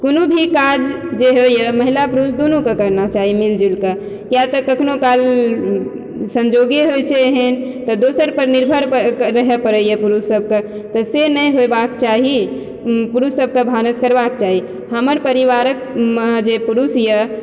कुनू भी काज जे होयए महिला पुरुष दुनूकऽ करना चाही मिल जुलिकऽ किआ तऽ कखनो काल संजोगे होय छै एहन तऽ दोसर पर निर्भर रहय पड़यए पुरुषसभकऽ तऽ से नहि होयबाक चाही पुरुषसभकऽ भानस करबाक चाही हमर परिवारक जे पुरुष यऽ